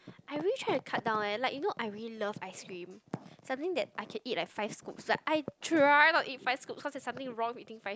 I really try to cut down eh like you know I really love ice cream something that I can eat like five scoops but I try not to eat five scoops cause there's something wrong with eating five